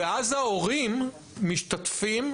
ואז ההורים משתתפים,